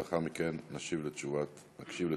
לאחר מכן נקשיב לתשובת השרה.